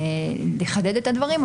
לחדד עוד את הדברים.